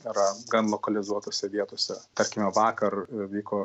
yra gan lokalizuotose vietose tarkime vakar vyko